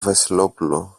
βασιλόπουλο